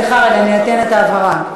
סליחה רגע, אני אתן את ההבהרה: